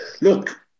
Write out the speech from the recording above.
Look